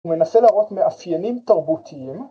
‫ומנסה לראות מאפיינים תרבותיים.